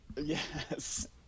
Yes